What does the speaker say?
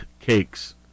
cakes